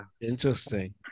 interesting